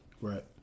right